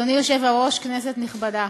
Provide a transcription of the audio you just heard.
אדוני היושב-ראש, כנסת נכבדה,